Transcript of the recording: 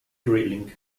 drilling